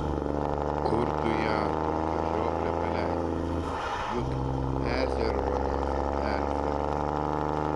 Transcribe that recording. kur tu ją tokią žioplę paleisi juk ežeruonos upelis arti